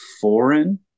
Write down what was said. foreign